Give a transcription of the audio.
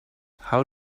how